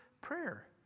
prayer